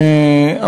תודה לך,